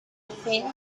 think